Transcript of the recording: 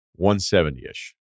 170-ish